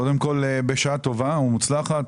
קודם כול, בשעה טובה ומוצלחת.